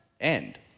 end